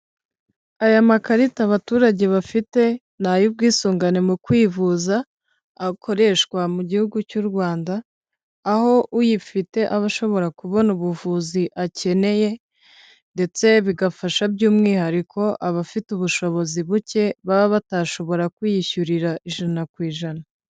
Aya makarita abaturage bafite ni ay'ubwisungane mu kwivuza, akoreshwa mu gihugu cy'u Rwanda, aho uyifite aba ashobora kubona ubuvuzi akeneye ndetse bigafasha by'umwihariko abafite ubushobozi buke baba batashobora kwiyishyurira ijana ku ijana.